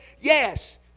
Yes